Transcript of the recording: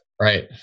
Right